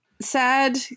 sad